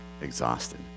exhausted